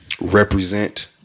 represent